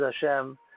Hashem